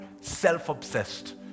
self-obsessed